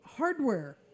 hardware